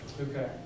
Okay